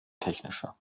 technischer